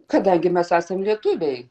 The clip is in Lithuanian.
kadangi mes esam lietuviai